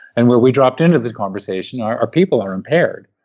and where we dropped into this conversation are are people are impaired.